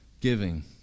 giving